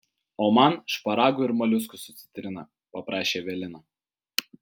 o man šparagų ir moliuskų su citrina paprašė evelina